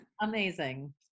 amazing